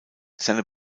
seine